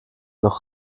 noch